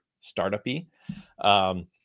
startup-y